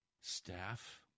staff